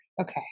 okay